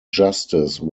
justice